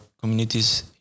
communities